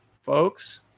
Folks